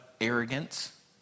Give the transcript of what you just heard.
arrogance